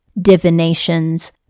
divinations